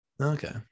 Okay